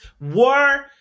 War